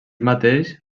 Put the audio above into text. mateix